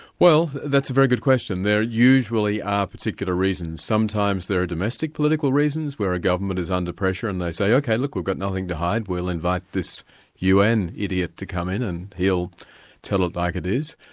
well, that's a very good question. there usually are particular reasons. sometimes there are domestic political reasons, where a government is under pressure and they say, ok, look, we've got nothing to hide, we'll invite this un idiot to come in and he'll tell it like it is.